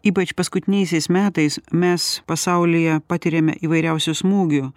ypač paskutiniaisiais metais mes pasaulyje patiriame įvairiausių smūgių